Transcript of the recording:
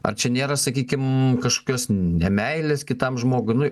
ar čia nėra sakykim kažkokios nemeilės kitam žmogui nu